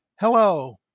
Hello